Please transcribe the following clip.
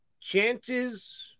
Chances